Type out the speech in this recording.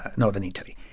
northern italy.